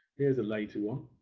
here is a later one.